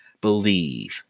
believe